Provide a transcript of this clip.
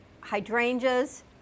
hydrangeas